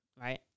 right